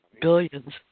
Billions